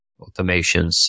automations